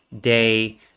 day